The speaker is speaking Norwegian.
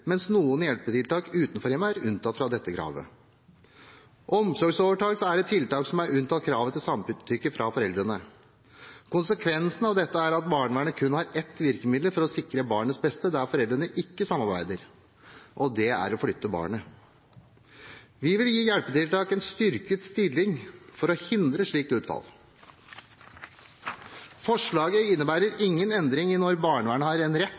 mens noen hjelpetiltak utenfor hjemmet er unntatt fra dette kravet. Omsorgsovertakelse er et tiltak som er unntatt fra kravet til samtykke fra foreldrene. Konsekvensen av dette er at barnevernet kun har ett virkemiddel for å sikre barnets beste der foreldre ikke samarbeider, og det er å flytte barnet. Vi vil gi hjelpetiltak en styrket stilling for å hindre et slikt utfall. Forslaget innebærer ingen endring i når barnevernet har rett